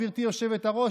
גברתי היושבת-ראש,